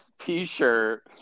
t-shirt